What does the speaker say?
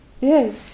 Yes